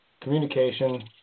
communication